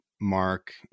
Mark